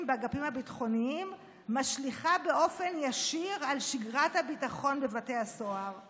באגפים הביטחוניים משליכה באופן ישיר על שגרת הביטחון בבתי הסוהר";